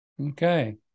okay